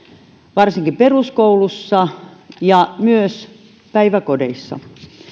varsinkin peruskoulussa ja myös päiväkodeissa